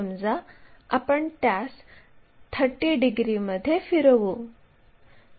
समजा आपण त्यास 30 डिग्रीमध्ये फिरवू